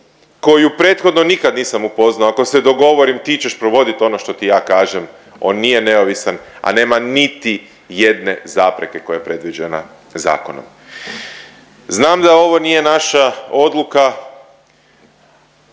koju prethodno nikad nisam upoznao, ako se dogovorim, ti ćeš provoditi ono što ti ja kažem, on nije neovisan, a nema niti jedne zapreke koja je predviđena zakonom. Znam da ovo nije naša odluka,